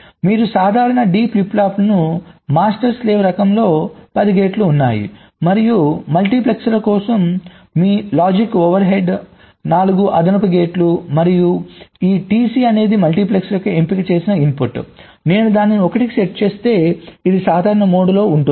మీరు సాధారణ D flip flop master slave రకంలో 10 గేట్లు ఉన్నాయి మరియు మల్టీప్లెక్సర్ కోసం మీ లాజిక్ ఓవర్ హెడ్ 4 అదనపు గేట్లు మరియు ఈ TC అనేది మల్టీప్లెక్సర్ యొక్క ఎంపిక చేసిన ఇన్పుట్ నేను దానిని 1 కు సెట్ చేస్తే ఇది సాధారణ మోడ్ లో ఉంటుంది